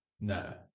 No